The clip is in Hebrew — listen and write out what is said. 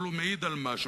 אבל הוא מעיד על משהו.